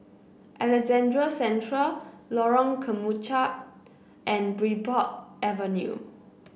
Alexandra Central Lorong Kemunchup and Bridport Avenue